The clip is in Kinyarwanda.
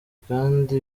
kandi